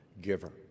giver